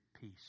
Peace